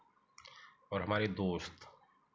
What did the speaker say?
और हमारे दोस्त